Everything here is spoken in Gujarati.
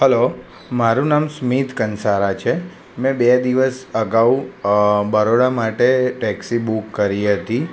હલો મારૂં નામ સ્મિત કંસારા છે મેં બે દિવસ અગાઉ બરોડા માટે ટેક્સી બૂક કરી હતી